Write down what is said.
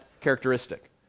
characteristic